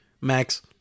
Max